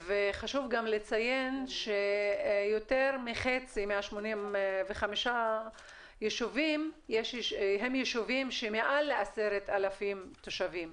חשוב גם לציין שיותר מחצי מה-85 ישובים הם ישובים שמעל 10,000 תושבים,